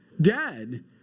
dead